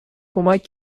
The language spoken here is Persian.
کمک